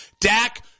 Dak